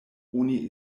oni